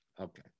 Okay